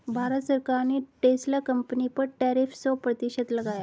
भारत सरकार ने Tesla company पर टैरिफ सो प्रतिशत लगाया